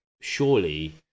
surely